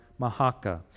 Mahaka